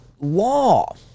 law